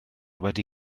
wedi